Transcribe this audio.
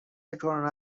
کرونا